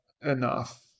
enough